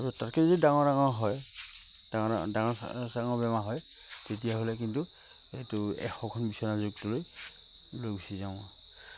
তাতকে যদি ডাঙৰ ডাঙৰ হয় ডাঙৰ ডাঙৰ ডাঙৰ ডাঙৰ বেমাৰ হয় তেতিয়াহ'লে কিন্তু এইটো এশখন বিচনাযুক্ত লৈ লৈ গুচি যাওঁ আৰু